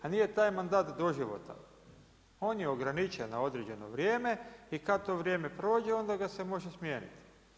A nije taj mandat doživotan, on je ograničen na određeno vrijeme i kada to vrijeme prođe, onda ga se može smijeniti.